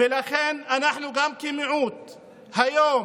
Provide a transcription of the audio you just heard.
ולכן אנחנו, גם כמיעוט, היום